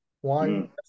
One